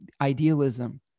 idealism